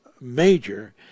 Major